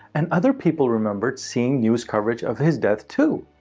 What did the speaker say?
and other people remembered seeing news coverage of his death too.